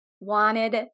wanted